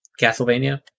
castlevania